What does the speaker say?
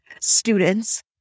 students